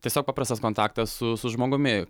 tiesiog paprastas kontaktas su su žmogumi